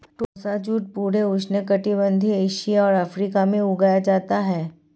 टोसा jute पूरे उष्णकटिबंधीय Asia और अफ्रीका में उगाया जाता है